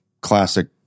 classic